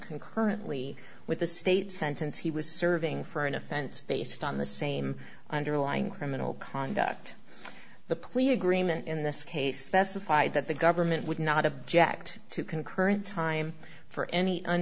concurrently with the state sentence he was serving for an offense based on the same underlying criminal conduct the plea agreement in this case best of five that the government would not object to concurrent time for any